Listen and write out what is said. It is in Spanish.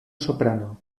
soprano